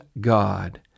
God